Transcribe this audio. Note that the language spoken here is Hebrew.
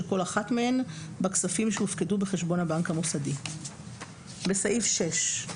כל אחת מהן בכספים שהופקדו בחשבון הבנק המוסדי."; (6)בסעיף 6,